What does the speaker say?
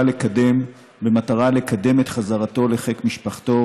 לקדם במטרה לקדם את חזרתו לחיק משפחתו,